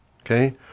okay